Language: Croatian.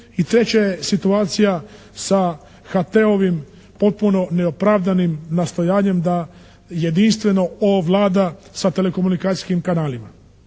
I treće je situacija sa HT-ovim potpuno neopravdanim nastojanjem da jedinstveno ovlada sa telekomunikacijskim kanalima.